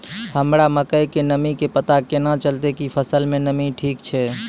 हमरा मकई के नमी के पता केना चलतै कि फसल मे नमी ठीक छै?